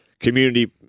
Community